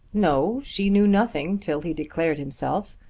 no she knew nothing till he declared himself.